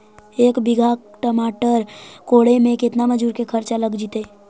एक बिघा टमाटर कोड़े मे केतना मजुर के खर्चा लग जितै?